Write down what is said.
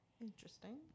Interesting